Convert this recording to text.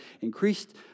increased